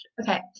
Okay